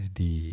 di